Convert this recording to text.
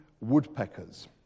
woodpeckers